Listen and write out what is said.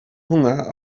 hunger